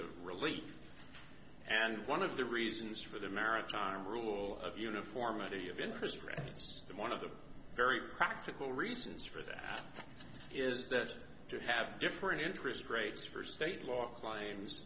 of relief and one of the reasons for the maritime rule of uniformity of interest rates and one of the very practical reasons for that is that to have different interest rates for state law claims